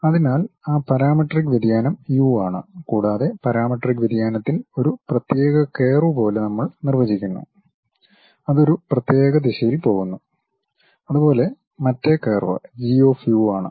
അതിനാൽ ആ പാരാമെട്രിക് വ്യതിയാനം യു ആണ് കൂടാതെ പാരാമെട്രിക് വ്യതിയാനത്തിൽ ഒരു പ്രത്യേക കർവ് പോലെ നമ്മൾ നിർവചിക്കുന്നുഅതൊരു പ്രത്യേക ദിശയിൽ പോകുന്നു അതുപോലെ മറ്റെ കർവ് ജി ഓഫ് യു ആണ്